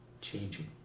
changing